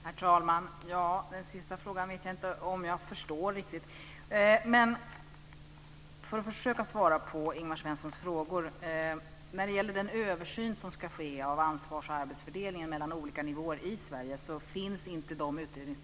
Herr talman! Jag vet inte om jag förstår den sista frågan riktigt. Jag ska försöka svara på Ingvar Svenssons frågor. Utredningsdirektiven till den översyn som ska ske av ansvars och arbetsfördelningen mellan olika nivåer i Sverige finns inte ännu.